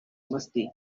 musty